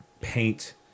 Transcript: paint